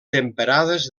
temperades